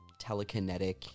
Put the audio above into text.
telekinetic